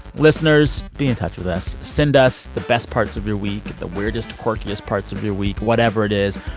listeners, be in touch with us. send us the best parts of your week, the weirdest, quirkiest parts of your week. whatever it is,